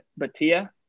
Batia